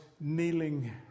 kneeling